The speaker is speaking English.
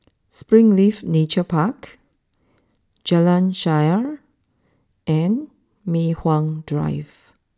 Springleaf Nature Park Jalan Shaer and Mei Hwan Drive